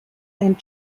and